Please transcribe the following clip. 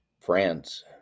France